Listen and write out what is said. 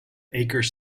acre